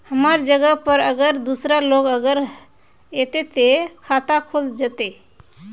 हमर जगह पर अगर दूसरा लोग अगर ऐते ते खाता खुल जते?